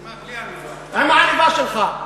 בלי העניבה.